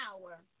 power